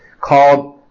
called